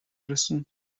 رسوند